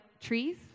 trees